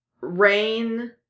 Rain